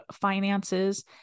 finances